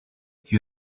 you